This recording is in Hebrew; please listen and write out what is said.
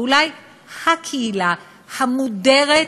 אולי הקהילה המודרת,